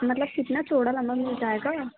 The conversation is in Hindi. मतलब कितना चौड़ा लंबा मिल जाएगा